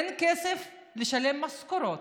אין כסף לשלם משכורות.